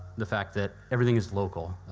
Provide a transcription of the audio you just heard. the fact that everything's local.